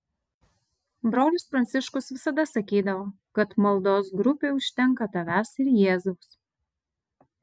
brolis pranciškus visada sakydavo kad maldos grupei užtenka tavęs ir jėzaus